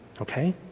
okay